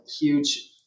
huge